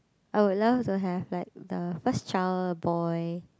I would love to have like the first child boy